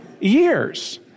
years